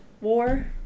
war